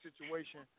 situation